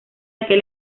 aquel